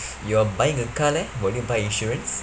you are buying a car leh will you buy insurance